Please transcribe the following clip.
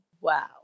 wow